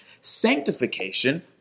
sanctification